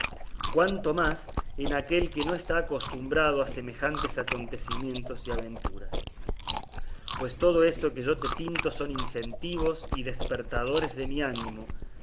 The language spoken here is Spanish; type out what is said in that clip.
cuanto más en aquel que no está acostumbrado a semejantes acontecimientos y aventuras pues todo esto que yo te pinto son incentivos y despertadores de mi ánimo